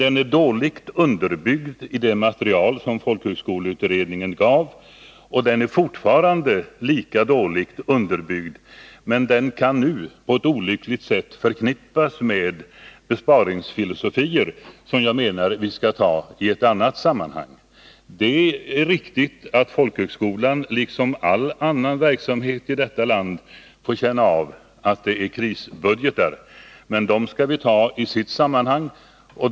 Den är dåligt underbyggd i det material som folkhögskoleutredningen presenterade, och den är fortfarande lika dåligt underbyggd. Den kan nu på ett olyckligt sätt förknippas med besparingsfilosofier som jag menar att vi skall ta upp i ett annat sammanhang. Det är riktigt att folkhögskolorna liksom all annan verksamhet i detta land får känna av att vi i kristider arbetar med krisbudgetar, men dem skall vi ta upp i deras sammanhang.